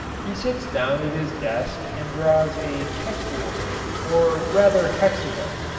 he sits down at his desk and draws a kekule ring or rather hexagon.